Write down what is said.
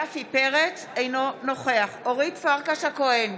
אינו נוכח אורית פרקש הכהן,